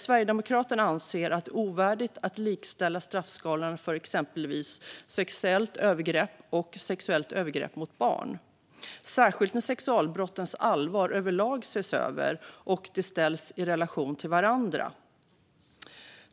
Sverigedemokraterna anser att det är ovärdigt att likställa straffskalorna för exempelvis sexuellt övergrepp och sexuellt övergrepp mot barn - särskilt när sexualbrottens allvar överlag ses över och de ställs i relation till varandra.